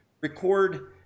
record